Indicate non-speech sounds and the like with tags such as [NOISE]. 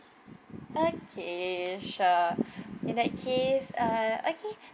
okay sure [BREATH] in that case uh okay [BREATH]